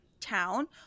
town